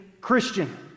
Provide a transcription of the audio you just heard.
Christian